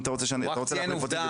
אתה רוצה להחליף אותי?